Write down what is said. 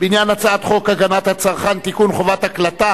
הגנת הצרכן (תיקון, חובת הקלטה